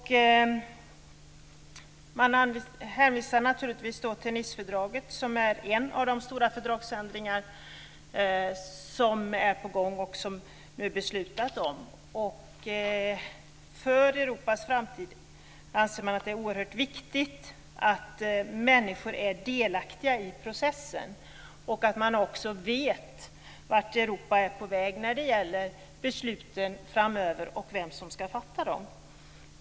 Man hänvisar naturligtvis till Nicefördraget som innebär en av de stora fördragsändringar som är på gång och som man nu har fattat beslut om. För Europas framtid anser man att det är oerhört viktigt att människor är delaktiga i processen och att man också vet vart Europa är på väg när det gäller besluten framöver och vem som ska fatta dem.